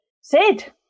sid